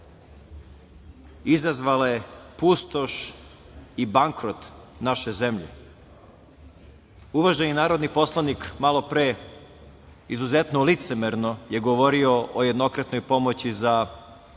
izazvale pustoš i bankrot naše zemlje. Uvaženi narodni poslanik malopre izuzetno licemerno je govorio o jednokratnoj pomoći za